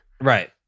right